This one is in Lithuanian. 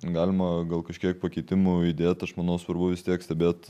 galima gal kažkiek pakeitimų įdėt aš manau svarbu vis tiek stebėt